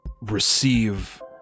receive